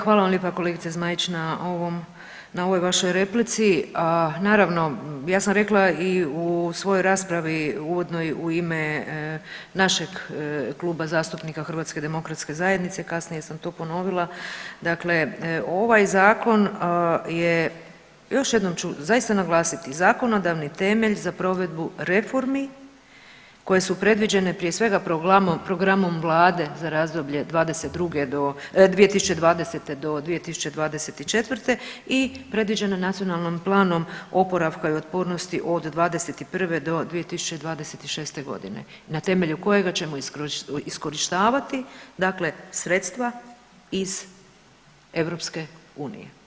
Hvala vam lijepa kolegice Zmaić na ovom, na ovoj vašoj replici, naravno, ja sam rekla i u svojoj raspravi uvodnoj u ime našeg Kluba zastupnika HDZ-a, kasnije sam to ponovila, dakle ovaj Zakon je, još jednom ću zaista naglasiti, zakonodavni temelj za provedbu reformi koje su predviđene, prije svega programom Vlade za razdoblje '22. do, 2020.-2024. i predviđena Nacionalnim planom oporavka i otpornosti od '21. do 2026. godine na temelju kojega ćemo iskorištavati, dakle sredstva iz EU.